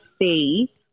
see